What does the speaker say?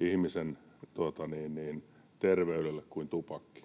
ihmisen terveydelle kuin tupakki.